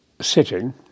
sitting